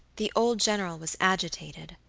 the old general was agitated.